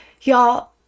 y'all